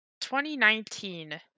2019